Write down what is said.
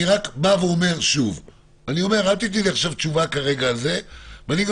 אני רק אומר שוב: אני אומר,